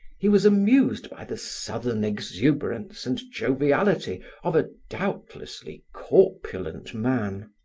he was amused by the southern exuberance and joviality of a doubtlessly corpulent man.